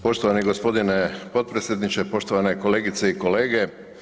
Poštovani g. potpredsjedniče, poštovane kolegice i kolege.